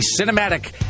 Cinematic